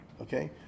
Okay